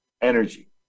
energy